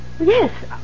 Yes